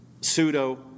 pseudo